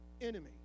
enemy